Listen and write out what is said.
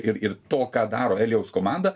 ir ir to ką daro elijaus komanda